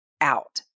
out